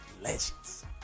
legends